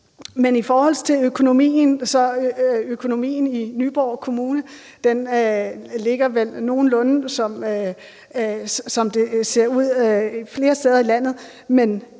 selvfølgelig ministeren. Økonomien i Nyborg Kommune ser vel nogenlunde ud, som den ser ud flere steder i landet, men